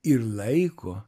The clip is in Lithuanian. ir laiko